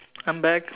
I'm back